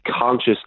conscious